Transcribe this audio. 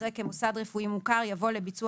אחרי "כמוסד רפואי מוכר" יבוא "לביצוע